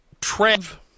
trev